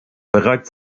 bereits